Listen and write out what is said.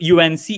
UNC